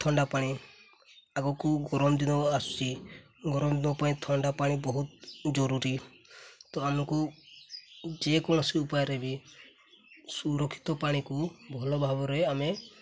ଥଣ୍ଡା ପାଣି ଆଗକୁ ଗରମ ଦିନ ଆସୁଛି ଗରମ ଦିନ ପାଇଁ ଥଣ୍ଡା ପାଣି ବହୁତ ଜରୁରୀ ତ ଆମକୁ ଯେକୌଣସି ଉପାୟରେ ବି ସୁରକ୍ଷିତ ପାଣିକୁ ଭଲ ଭାବରେ ଆମେ